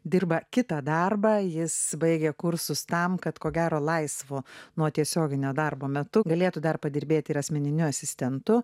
dirba kitą darbą jis baigė kursus tam kad ko gero laisvu nuo tiesioginio darbo metu galėtų dar padirbėti ir asmeniniu asistentu